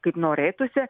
kaip norėtųsi